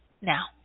now